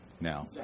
now